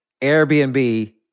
Airbnb